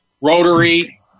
rotary